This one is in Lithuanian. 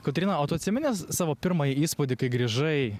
kotryna o tu atsimini savo pirmąjį įspūdį kai grįžai